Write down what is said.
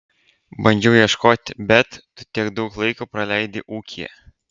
bandžiau ieškoti bet tu tiek daug laiko praleidi ūkyje